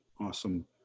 Awesome